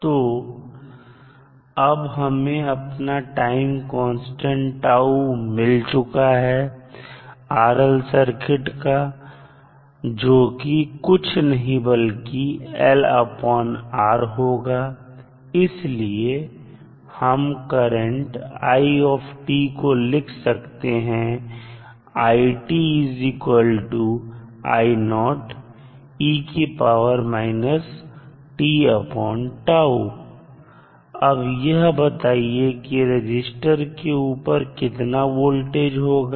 तो अब हमें अपना टाइम कांस्टेंट τ मिल चुका है RL सर्किट का जोकि कुछ नहीं बल्कि LR होगा इसलिए हम करंट i को लिख सकते हैं अब यह बताइए कि रजिस्टर के ऊपर कितना वोल्टेज होगा